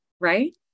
right